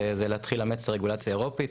זה להתחיל לאמץ רגולציה אירופית.